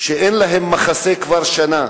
שאין להם מחסה כבר שנה.